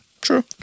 True